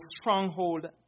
stronghold